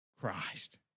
Christ